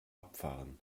abfahren